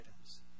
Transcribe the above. items